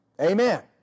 Amen